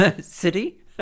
city